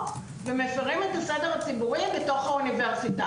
שמפירים את הסדר הציבורי בתוך האוניברסיטה.